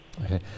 Okay